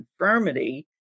infirmity